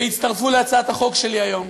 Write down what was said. והצטרפו להצעת החוק שלי היום.